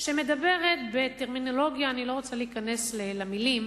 שמדברת בטרמינולוגיה, אני לא רוצה להיכנס למלים,